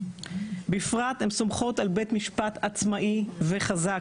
בפרט הן סומכות על בית משפט עצמאי וחזק,